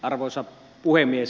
arvoisa puhemies